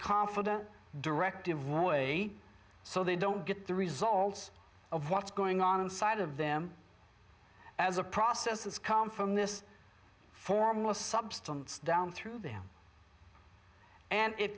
confident directive roy so they don't get the results of what's going on inside of them as a process that's come from this formless substance down through them and it